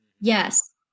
Yes